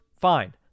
fine